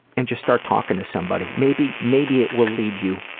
and just start talking to somebody. maybe maybe it will lead you